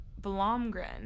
Blomgren